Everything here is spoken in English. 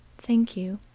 thank you,